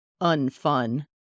unfun